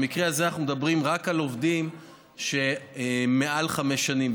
במקרה הזה אנחנו מדברים רק על עובדים שהם מעל חמש שנים,